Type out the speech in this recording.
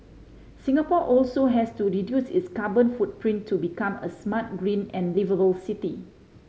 Singapore also has to reduce its carbon footprint to become a smart green and liveable city